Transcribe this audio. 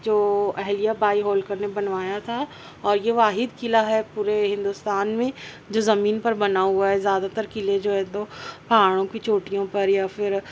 جو اہلیا بائی ہولکر نے بنوایا تھا اور یہ واحد قلعہ ہے پورے ہندوستان میں جو زمین پر بنا ہوا ہے زیادہ تر قلعے جو ہیں تو پہاڑوں کی چوٹیوں پر یا پھر